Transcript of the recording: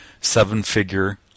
seven-figure